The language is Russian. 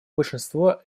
большинство